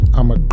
I'ma